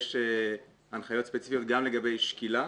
יש הנחיות ספציפיות גם לגבי שקילה.